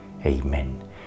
Amen